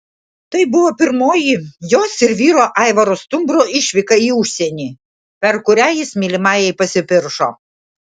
tai buvo pirmoji jos ir vyro aivaro stumbro išvyka į užsienį per kurią jis mylimajai pasipiršo